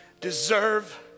deserve